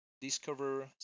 discover